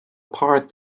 part